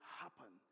happen